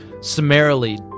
summarily